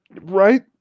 Right